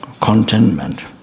contentment